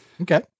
Okay